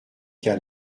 cas